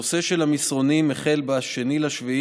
הנושא של המסרונים החל ב-2 ביולי,